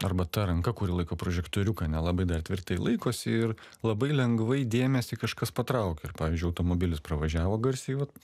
arba ta ranka kuri laiko prožektoriuką nelabai dar tvirtai laikosi ir labai lengvai dėmesį kažkas patraukia ir pavyzdžiui automobilis pravažiavo garsiai vat